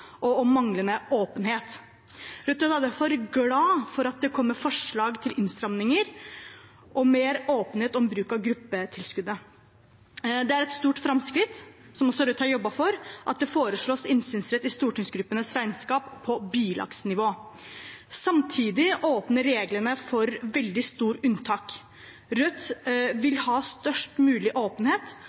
og om manglende åpenhet. Rødt er derfor glad for at det kommer forslag til innstramninger og mer åpenhet om bruk av gruppetilskuddet. Det er et stort framskritt, som også Rødt har jobbet for, at det foreslås innsynsrett i stortingsgruppenes regnskap på bilagsnivå. Samtidig åpner reglene for veldig store unntak. Rødt vil ha størst mulig åpenhet